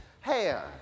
hair